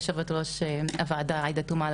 יו"ר הוועדה עאידה תומא,